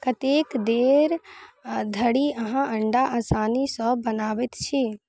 कतेक देर धरि अहाँ अण्डा आसानीसँ बनाबैत छी